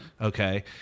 Okay